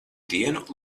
dienu